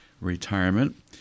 retirement